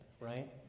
right